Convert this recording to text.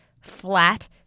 flat